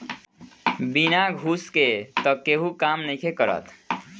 बिना घूस के तअ केहू काम नइखे करत